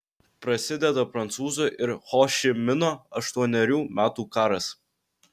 prasideda prancūzų ir ho ši mino aštuonerių metų karas